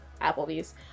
Applebee's